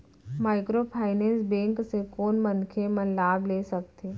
Microfinance bank से कोन मनखे मन लाभ ले सकथे?